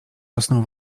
rosną